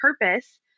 purpose